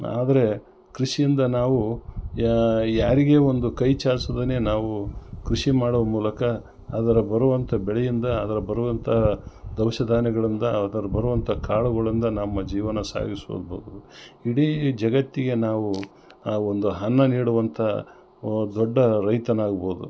ಆದರೆ ಕೃಷಿಯಿಂದ ನಾವು ಯಾರಿಗೆ ಒಂದು ಕೈಚಾಚುಸೊದನ್ನೆ ನಾವು ಕೃಷಿ ಮಾಡೋ ಮೂಲಕ ಅದರ ಬರುವಂಥ ಬೆಳೆಯಿಂದ ಅದರ ಬರುವಂಥ ದವಸ ಧಾನ್ಯಗಳಿಂದ ಅದರ ಬರುವಂಥ ಕಾಳುಗಳಿಂದ ನಮ್ಮ ಜೀವನ ಸಾಗಿಸೋಬೋದು ಇಡೀ ಜಗತ್ತಿಗೆ ನಾವು ಆ ಒಂದು ಅನ್ನ ನೀಡುವಂಥ ಓ ದೊಡ್ಡ ರೈತನಾಗ್ಬೋದು